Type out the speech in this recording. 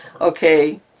okay